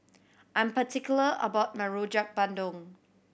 I'm particular about my Rojak Bandung